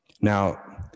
Now